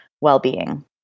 well-being